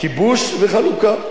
כיבוש זה חלוקה.